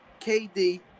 KD